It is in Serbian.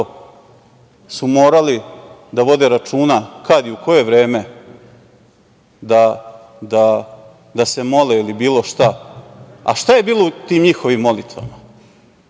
su morali da vode računa kada i u koje vreme da se mole ili bilo šta. Šta je bilo u tim njihovim molitvama?